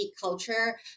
culture